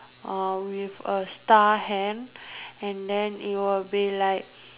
uh with a star hand and then it will be like